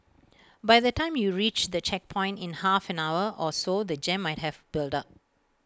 by the time you reach the checkpoint in half an hour or so the jam might have built up